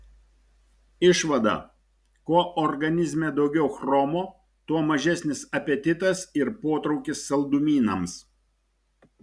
išvada kuo organizme daugiau chromo tuo mažesnis apetitas ir potraukis saldumynams